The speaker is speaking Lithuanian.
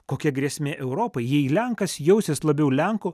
kokia grėsmė europai jei lenkas jausis labiau lenku